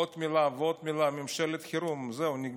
עוד מילה ועוד מילה, ממשלת חירום.